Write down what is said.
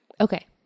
Okay